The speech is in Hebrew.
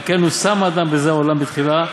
על כן הושם האדם בזה העולם בתחילה,